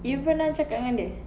you pernah cakap dengan dia